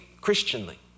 Christianly